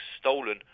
stolen